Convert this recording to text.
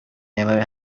never